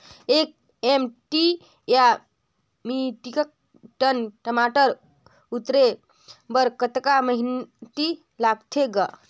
एक एम.टी या metric ton टमाटर उतारे बर कतका मेहनती लगथे ग?